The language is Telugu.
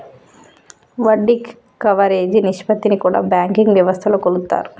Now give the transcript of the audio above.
వడ్డీ కవరేజీ నిష్పత్తిని కూడా బ్యాంకింగ్ వ్యవస్థలో కొలుత్తారు